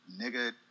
nigga